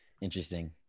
interesting